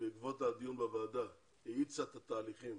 בעקבות הדיון בוועדה, האיצה את התהליכים